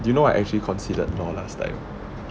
you know I actually considered law last time